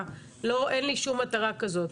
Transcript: אין לי שום מטרה כזאת.